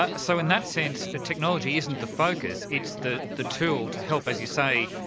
ah so in that sense, technology isn't the focus, it's the the tool to help, as you say,